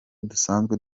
dusanzwe